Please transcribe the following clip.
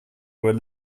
were